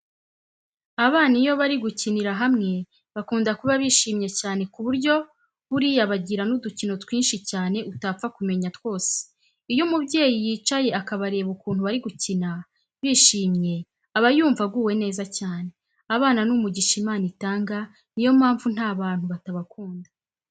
Abana iyo bari gukinira hamwe bakunda kuba bishimye cyane kuko buriya bagira n'udukino twinshi cyane utapfa kumenya twose. Iyo umubyeyi yicaye akabareba ukuntu bari gukina bishimye aba yumva aguwe neza cyane. Abana ni umugisha Imana itanga niyo mpamvu nta bantu batabakunda.